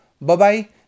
Bye-bye